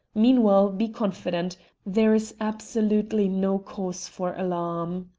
meanwhile be confident there is absolutely no cause for alarm.